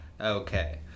Okay